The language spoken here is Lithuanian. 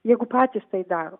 jeigu patys tai daro